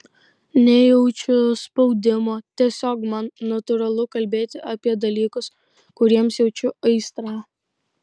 nejaučiu spaudimo tiesiog man natūralu kalbėti apie dalykus kuriems jaučiu aistrą